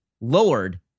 lowered